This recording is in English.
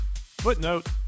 footnote